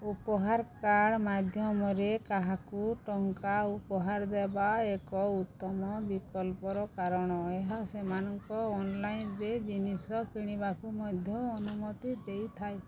ଉପହାର କାର୍ଡ଼ ମାଧ୍ୟମରେ କାହାକୁ ଟଙ୍କା ଉପହାର ଦେବା ଏକ ଉତ୍ତମ ବିକଳ୍ପ କାରଣ ଏହା ସେମାନଙ୍କୁ ଅନଲାଇନରେ ଜିନିଷ କିଣିବାକୁ ମଧ୍ୟ ଅନୁମତି ଦେଇଥାଏ